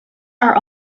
are